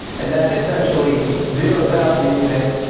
and that essentially zeros out the unit